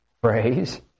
phrase